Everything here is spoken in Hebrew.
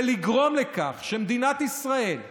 ולגרום לכך שמדינת ישראל,